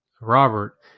Robert